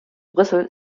brüssel